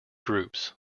groups